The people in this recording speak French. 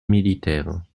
militaires